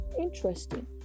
interesting